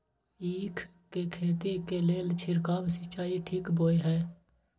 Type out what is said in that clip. ईख के खेती के लेल छिरकाव सिंचाई ठीक बोय ह?